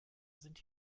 sind